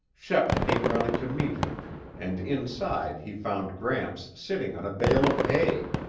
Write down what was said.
shep came running to meet him and inside he found gramps sitting on a bale of hay.